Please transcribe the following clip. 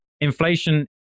Inflation